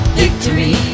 victory